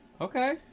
Okay